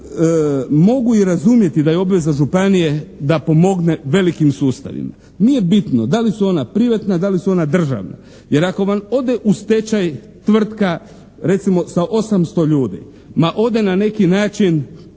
Ja mogu i razumjeti da je obveza županije da pomogne velikim sustavima. Nije bitno da li su ona privatna, da li su ona državna, jer ako vam ode u stečaj tvrtka recimo sa 800 ljudi, ma ode na neki način